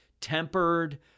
tempered